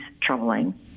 troubling